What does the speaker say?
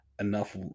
enough